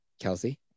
kelsey